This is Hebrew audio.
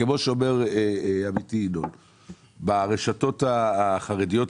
כמו שאומר עמיתי ינון ברשתות החרדיות,